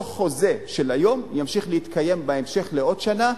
אותו חוזה של היום ימשיך להתקיים עוד שנה,